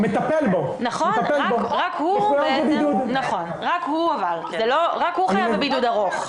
רק הוא חייב בבידוד ארוך.